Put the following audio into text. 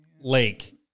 Lake